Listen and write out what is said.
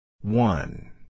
One